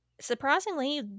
Surprisingly